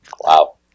Wow